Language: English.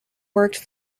worked